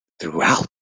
throughout